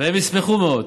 64, והן ישמחו מאוד.